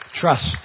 Trust